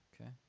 Okay